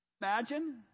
Imagine